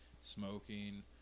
smoking